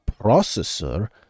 processor